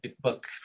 book